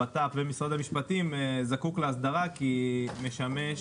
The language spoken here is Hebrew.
הבט"פ ומשרד המשפטים הוא זקוק להסדרה כי הוא משמש